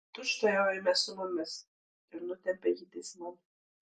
tučtuojau eime su mumis ir nutempė jį teisman